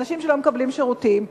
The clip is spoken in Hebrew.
אנשים שלא מקבלים שירותים,